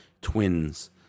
twins